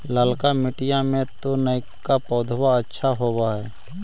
ललका मिटीया मे तो नयका पौधबा अच्छा होबत?